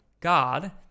God